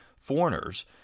foreigners